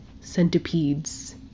centipedes